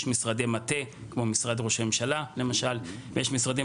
יש משרדי מטה כמו משרד ראש הממשלה ויש משרדים